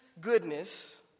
goodness